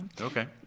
Okay